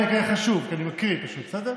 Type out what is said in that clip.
אני אקריא לך שוב, כי אני מקריא, פשוט, בסדר?